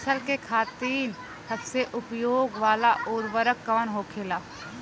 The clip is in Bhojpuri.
फसल के खातिन सबसे उपयोग वाला उर्वरक कवन होखेला?